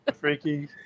freaky